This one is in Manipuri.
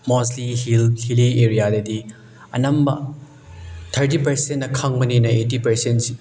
ꯃꯣꯁꯂꯤ ꯍꯤꯜ ꯍꯤꯜꯂꯤ ꯑꯦꯔꯤꯌꯥꯗꯗꯤ ꯑꯅꯝꯕ ꯊꯥꯔꯇꯤ ꯄꯥꯔꯁꯦꯟꯅ ꯈꯪꯕꯅꯤꯅ ꯑꯩꯠꯇꯤ ꯄꯥꯔꯁꯦꯟꯁꯤ